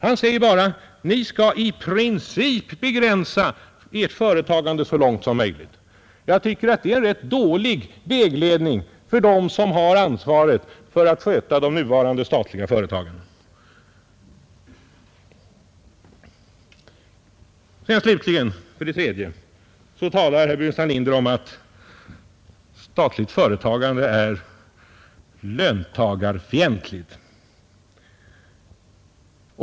Han säger bara: Ni skall i princip begränsa ert företagande så långt som möjligt. Jag tycker att det är en rätt dålig vägledning för dem som har ansvaret för att sköta de nuvarande statliga företagen. För det tredje talar herr Burenstam Linder om att statligt företagande är löntagarfientligt.